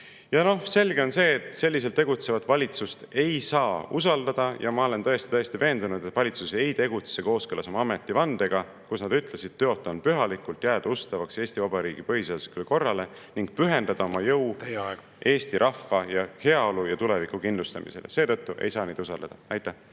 vastata. Selge on see, et selliselt tegutsevat valitsust ei saa usaldada. Ma olen täiesti veendunud, et valitsus ei tegutse kooskõlas oma ametivandega, kui nad ütlesid: tõotan pühalikult jääda ustavaks Eesti Vabariigi põhiseaduslikule korrale ning pühendada oma jõu Eesti rahva heaolu ja tuleviku kindlustamisele. Seetõttu ei saa neid usaldada. Aitäh!